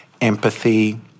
empathy